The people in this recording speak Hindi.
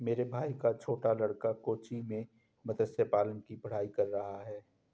मेरे भाई का छोटा लड़का कोच्चि में मत्स्य पालन की पढ़ाई कर रहा है